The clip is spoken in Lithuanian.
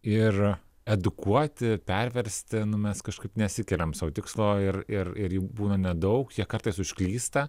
ir edukuoti perversti mes kažkaip nesikeliam sau tikslo ir ir ir jų būna nedaug jie kartais užklysta